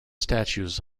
statues